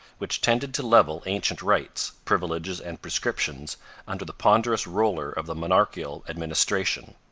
which tended to level ancient rights, privileges and prescriptions under the ponderous roller of the monarchical administration